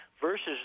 versus